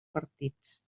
partits